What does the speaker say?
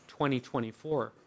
2024